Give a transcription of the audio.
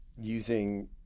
using